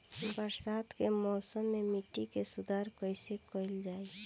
बरसात के मौसम में मिट्टी के सुधार कईसे कईल जाई?